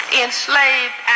enslaved